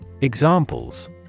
Examples